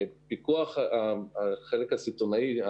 פיקוח על החלק הסיטונאי,